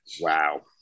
Wow